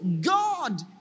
God